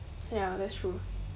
ya that's true